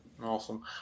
Awesome